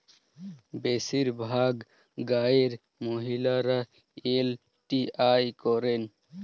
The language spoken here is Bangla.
বেশিরভাগ গাঁয়ের মহিলারা এল.টি.আই করেন